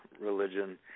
religion